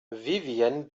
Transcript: vivien